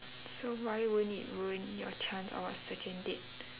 so why won't it ruin your chance of a second date